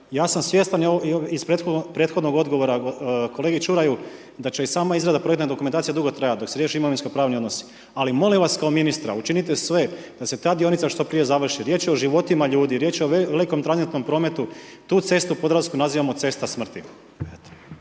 ja sam svjestan i iz prethodnog odgovora kolegi Čuraju da će i sama izrada projektne dokumentacije dugo trajati dok se riješe imovinsko pravni odnosi. Ali molim vas kao ministra, učinite sve da se ta dionica što prije završi, riječ je o životima ljudi, riječ je velikom tranzitnom prometu, tu cestu Podravsku nazivamo cesta smrti.